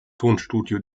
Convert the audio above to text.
tonstudio